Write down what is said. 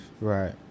Right